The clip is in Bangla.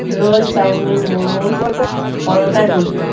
রোল চাউমিন মোমো পরোটা রুটি